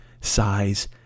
size